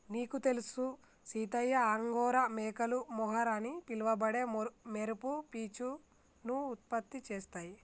నీకు తెలుసు సీతయ్య అంగోరా మేకలు మొహర్ అని పిలవబడే మెరుపు పీచును ఉత్పత్తి చేస్తాయి